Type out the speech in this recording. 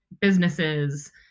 businesses